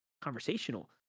Conversational